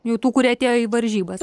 jau tų kurie atėjo į varžybas